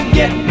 get